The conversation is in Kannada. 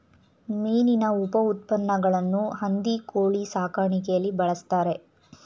ಮೀನಿನ ಉಪಉತ್ಪನ್ನಗಳನ್ನು ಹಂದಿ ಕೋಳಿ ಸಾಕಾಣಿಕೆಯಲ್ಲಿ ಬಳ್ಸತ್ತರೆ